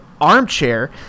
Armchair